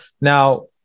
Now